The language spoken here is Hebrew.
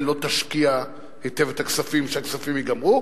לא תשקיע היטב את הכספים והכספים ייגמרו.